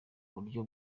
buryo